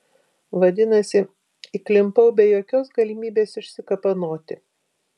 vadinasi įklimpau be jokios galimybės išsikapanoti